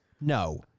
No